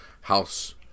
House